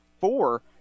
four